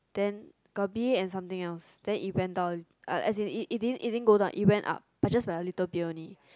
then got b_a and something else then it went down uh as in it didn't it didn't go down it went up but just by a little bit only